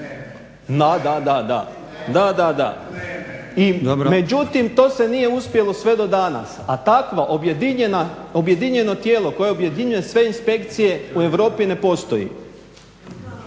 da, da, da. I međutim, to se nije uspjelo sve do danas. A takvo objedinjeno tijelo koje objedinjuje sve inspekcije u Europi ne postoji.